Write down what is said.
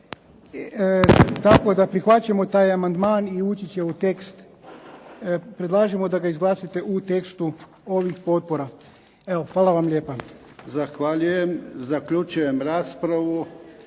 tako da prihvaćamo taj amandman i ući će u tekst. Predlažemo da ga izglasate u tekstu ovih potpora. Evo, hvala vam lijepa. **Jarnjak, Ivan (HDZ)** Zahvaljujem. Zaključujem raspravu